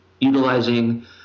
utilizing